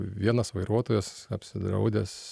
vienas vairuotojas apsidraudęs